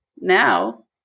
now